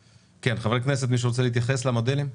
כן, חברי הכנסת מישהו רוצה להתייחס למודלים?